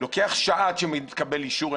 לוקח שעה עד שמתקבל אישור,